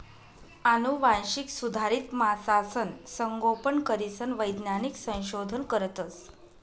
आनुवांशिक सुधारित मासासनं संगोपन करीसन वैज्ञानिक संशोधन करतस